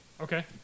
Okay